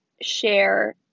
share